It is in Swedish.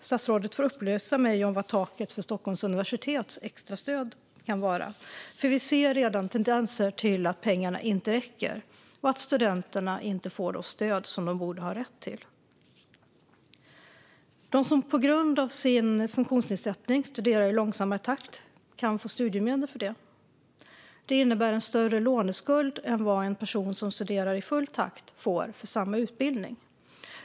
Statsrådet får upplysa mig om vad taket för Stockholms universitets extrastöd kan vara. Vi ser redan tendenser till att pengarna inte räcker och att studenterna inte får det stöd som de borde ha rätt till. Den som på grund av sin funktionsnedsättning studerar i långsammare takt kan få studiemedel för detta. Det innebär en större låneskuld än vad en person som studerar i full takt får för samma utbildning.